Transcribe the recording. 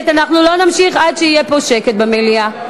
מזל טוב